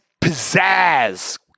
pizzazz